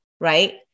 right